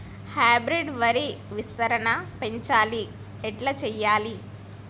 Hybrid వరి విస్తీర్ణం పెంచాలి ఎట్ల చెయ్యాలి?